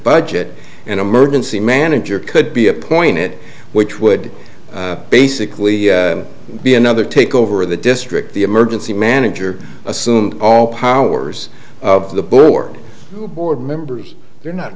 budget and emergency manager could be appointed which would basically be another takeover of the district the emergency manager assumed all powers of the board or members they're not